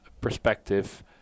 perspective